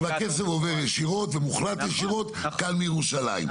והכסף עובר ישירות ומוחלט ישירות כאן מירושלים.